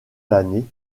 l’année